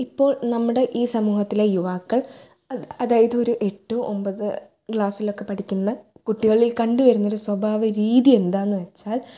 ഇപ്പോൾ നമ്മുടെ ഈ സമൂഹത്തിലെ യുവാക്കൾ അത് അതായത് ഒരു എട്ട് ഒമ്പത് ക്ലാസിലൊക്കെ പഠിക്കുന്ന കുട്ടികളിൽ കണ്ട് വരുന്നൊരു സ്വഭാവ രീതി എന്താന്ന് വെച്ചാൽ